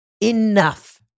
enough